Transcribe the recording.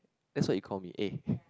that's what you call me eh